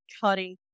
cutting